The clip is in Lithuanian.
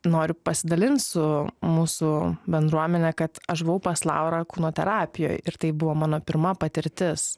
noriu pasidalint su mūsų bendruomene kad aš buvau pas laurą kūno terapijoj ir tai buvo mano pirma patirtis